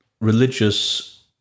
religious